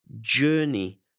journey